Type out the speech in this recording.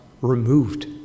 removed